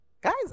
Guys